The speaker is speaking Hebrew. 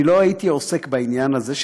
אני לא הייתי עוסק בעניין הזה,